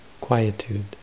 quietude